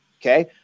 okay